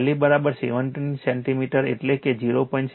LA 17 centimetre એટલે કે 0